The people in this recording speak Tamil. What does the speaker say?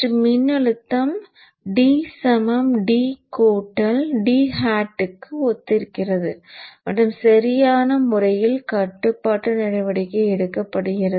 மற்றும் மின்னழுத்தம் d d d க்கு ஒத்திருக்கிறது மற்றும் சரியான முறையில் கட்டுப்பாட்டு நடவடிக்கை எடுக்கப்படுகிறது